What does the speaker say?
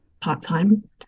part-time